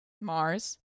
Mars